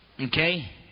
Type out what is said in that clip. Okay